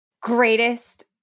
Greatest